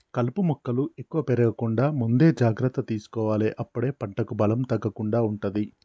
కలుపు మొక్కలు ఎక్కువ పెరగకుండా ముందే జాగ్రత్త తీసుకోవాలె అప్పుడే పంటకు బలం తగ్గకుండా ఉంటది